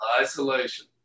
Isolation